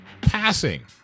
passing